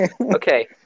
Okay